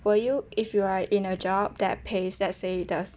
will you if you are in a job that pays let's say the